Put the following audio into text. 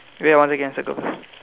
wait ah one second circle first